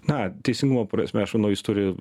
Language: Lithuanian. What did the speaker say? na teisingumo prasme aš manau jis turi